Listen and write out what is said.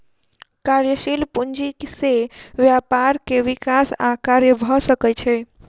कार्यशील पूंजी से व्यापार के विकास आ कार्य भ सकै छै